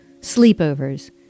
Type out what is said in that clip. Sleepovers